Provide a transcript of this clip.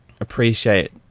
appreciate